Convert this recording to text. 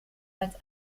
als